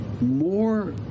More